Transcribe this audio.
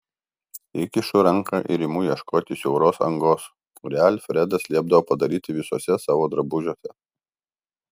įkišu ranką ir imu ieškoti siauros angos kurią alfredas liepdavo padaryti visuose savo drabužiuose